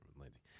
Lindsay